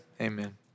amen